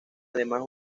además